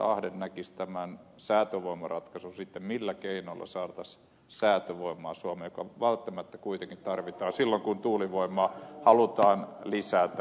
ahde näkisi tämän säätövoimaratkaisun sitten millä keinoilla saataisiin säätövoimaa suomeen jota välttämättä kuitenkin tarvitaan silloin kun tuulivoimaa halutaan lisätä